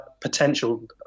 potential